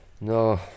No